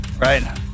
right